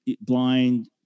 blind